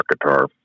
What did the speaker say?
guitar